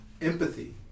empathy